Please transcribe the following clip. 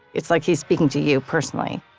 it's like he's speaking to you personally.